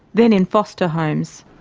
then in foster homes.